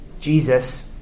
Jesus